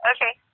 Okay